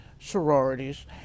sororities